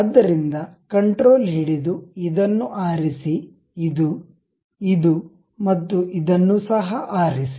ಆದ್ದರಿಂದ ಕಂಟ್ರೋಲ್ ಹಿಡಿದು ಇದನ್ನು ಆರಿಸಿ ಇದು ಇದು ಮತ್ತು ಇದನ್ನು ಸಹ ಆರಿಸಿ